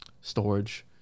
storage